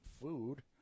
food